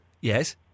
Yes